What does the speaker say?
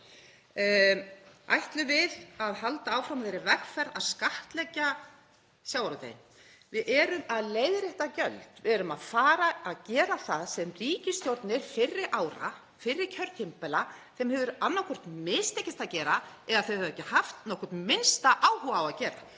Ætlum við að halda áfram þeirri vegferð að skattleggja sjávarútveginn? Við erum að leiðrétta gjöld, við erum að fara að gera það sem ríkisstjórnum fyrri ára, fyrri kjörtímabila, hefur annaðhvort mistekist að gera eða þær hafa ekki haft nokkurn minnsta áhuga á að gera;